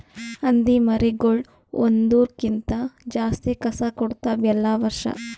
ಹಂದಿ ಮರಿಗೊಳ್ ಒಂದುರ್ ಕ್ಕಿಂತ ಜಾಸ್ತಿ ಕಸ ಕೊಡ್ತಾವ್ ಎಲ್ಲಾ ವರ್ಷ